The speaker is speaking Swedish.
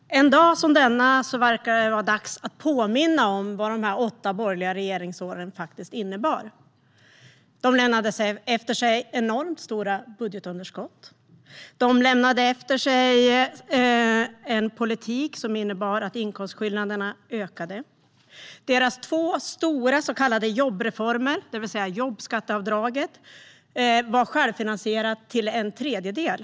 Herr talman! En dag som denna verkar det vara dags att påminna om vad de åtta borgerliga regeringsåren faktiskt innebar. De lämnade efter sig enormt stora budgetunderskott och en politik som innebar att inkomstskillnaderna ökade. Det genomfördes två stora så kallade jobbreformer. Den första, jobbskatteavdraget, var enligt Alliansen självfinansierad till en tredjedel.